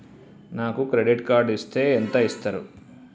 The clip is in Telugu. నాకు క్రెడిట్ కార్డు ఇస్తే ఎంత ఇస్తరు?